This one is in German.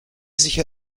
sicher